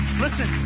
Listen